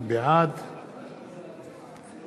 בעד